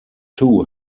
two